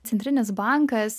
centrinis bankas